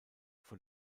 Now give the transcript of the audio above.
vor